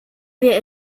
wir